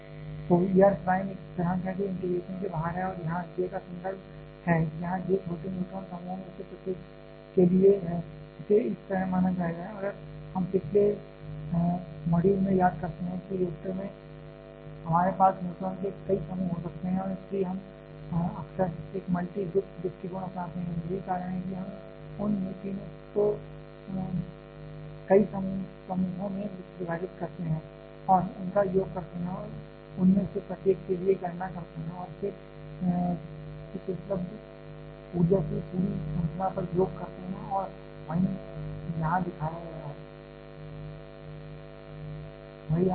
तो E R prime एक स्थिरांक है जो इंटीग्रेशन के बाहर है और यहां j का संदर्भ है यहां j छोटे न्यूट्रॉन समूहों में से प्रत्येक के लिए है जिसे इस तरह माना जाएगा अगर हम पिछले मॉड्यूल से याद करते हैं कि एक रिएक्टर में हमारे पास न्यूट्रॉन के कई समूह हो सकते हैं और इसलिए हम अक्सर एक मल्टी ग्रुप दृष्टिकोण अपनाते हैं यही कारण है कि हम उन न्यूट्रॉनों को कई समूहों में विभाजित करते हैं और उनका योग करते हैं और उनमें से प्रत्येक के लिए गणना करते हैं और फिर इस उपलब्ध ऊर्जा की पूरी श्रृंखला पर योग करते हैं और वही यहां दिखाया गया है